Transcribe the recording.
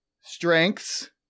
Strengths